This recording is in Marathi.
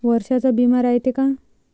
वर्षाचा बिमा रायते का?